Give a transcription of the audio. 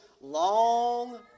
long